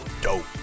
Dope